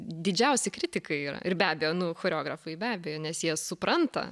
didžiausi kritikai yra ir be abejo nu choreografai be abejo nes jie supranta